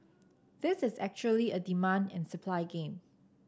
this is actually a demand and supply game